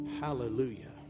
Hallelujah